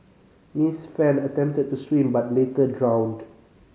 Miss Fan attempted to swim but later drowned